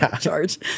charge